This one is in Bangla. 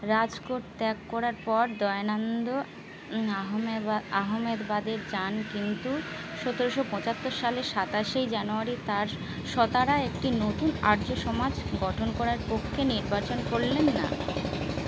রাজকোট ত্যাগ করার পর দয়ানন্দ আহমেদবা আহমেদবাদের যান কিন্তু সতেরোশো পঁচাত্তর সালের সাতাশেই জানুয়ারি তার সতারা একটি নতুন আর্য সমাজ গঠন করার পক্ষে নির্বাচন করলেন না